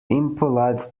impolite